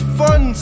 fun